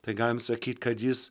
tai galim sakyt kad jis